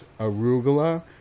arugula